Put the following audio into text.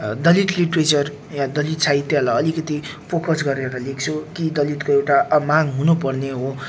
दलित literature या दलित साहित्यलाई अलिकति फोकस गरेर लेख्छु कि दलितको एउटा माग हुनुपर्ने हो